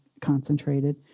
concentrated